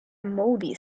mouldy